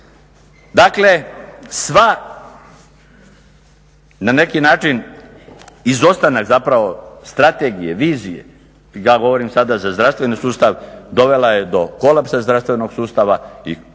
Dakle sva na neki način izostanak zapravo strategije, vizije, ja govorim sada za zdravstveni sustav dovela je do kolapsa zdravstvenog sustava i nije